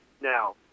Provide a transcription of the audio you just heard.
Now